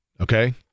okay